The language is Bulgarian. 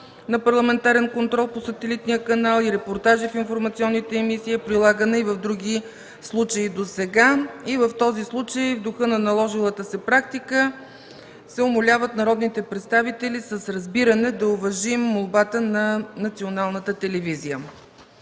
на парламентарен контрол по сателитния канал и репортажите на информационните емисии е прилагана и в други случаи досега. И в този случай, в духа на наложилата се практика, се умоляват народните представители с разбиране да уважим молбата на Националната телевизия.